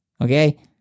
Okay